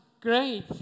great